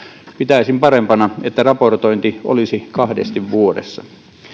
pitäisin parempana että raportointi olisi kahdesti vuodessa